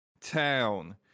town